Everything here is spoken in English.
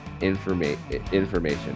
information